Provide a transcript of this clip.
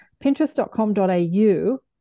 pinterest.com.au